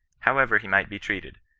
however he might be treated,